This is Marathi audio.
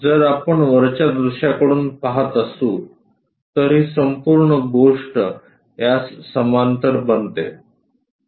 जर आपण वरच्या दृश्याकडून पहात असू तर ही संपूर्ण गोष्ट यास समांतर बनते